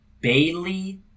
Bailey